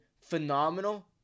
phenomenal